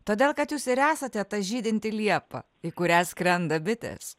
todėl kad jūs ir esate ta žydinti liepa į kurią skrenda bitės